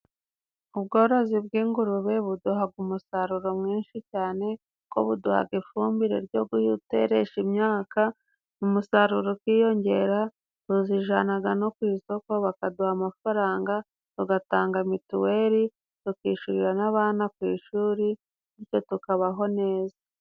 Ubworozi bw'ingurube buduhaga umusaruro mwinshi cyane kuko buduhaga ifumbire ryo kuteresha imyaka umusaruro ukiyongera, tuzijanaga no ku isoko bakaduha amafaranga bagatanga mituweli bakishurira n'abana ku ishuri bityo tukabaho neza.